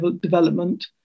development